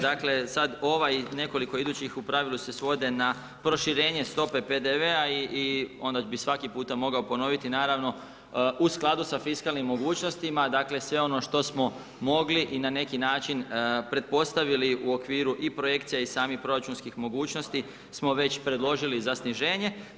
Dakle, sad ovaj i nekoliko idućih u pravilu se svodi na proširenje stope PDV-a i onda bi svaki puta mogao ponoviti naravno u skladu sa fiskalnim mogućnostima, dakle sve ono što smo mogli i na neki način pretpostavili u okviru i projekcija i samih proračunskih mogućnosti smo već predložili za sniženje.